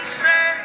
say